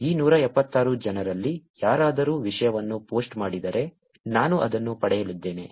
ಈ 176 ಜನರಲ್ಲಿ ಯಾರಾದರೂ ವಿಷಯವನ್ನು ಪೋಸ್ಟ್ ಮಾಡಿದರೆ ನಾನು ಅದನ್ನು ಪಡೆಯಲಿದ್ದೇನೆ